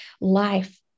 life